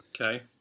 Okay